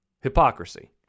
Hypocrisy